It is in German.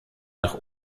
nach